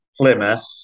Plymouth